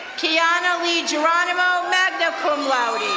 kiana lee geronimo, magna cum laude